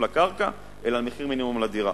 לדירה.